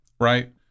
right